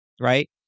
right